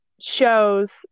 shows